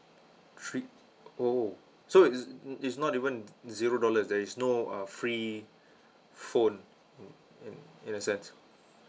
three oh so it's it's not even zero dollars there is no uh free phone in in in a sense